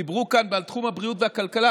דיברו כאן על תחום הבריאות והכלכלה.